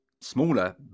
smaller